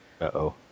Uh-oh